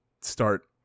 start